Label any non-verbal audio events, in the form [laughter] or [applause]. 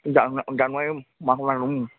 জানু জানুৱাৰী [unintelligible]